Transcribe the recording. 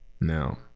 Now